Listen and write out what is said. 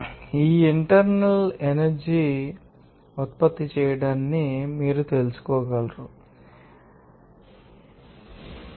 మరియు ఈ internal energy మీరు ఉత్పత్తి చేయడాన్ని మీరు తెలుసుకోగలుగుతారు మీకు తెలుసా దీనిపై అదనపు పని